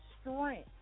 strength